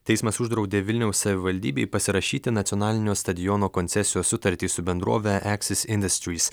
teismas uždraudė vilniaus savivaldybei pasirašyti nacionalinio stadiono koncesijos sutartį su bendrovę eksis industrys